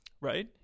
right